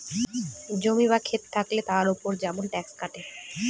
জমি বা খেত থাকলে তার উপর যেসব ট্যাক্স কাটে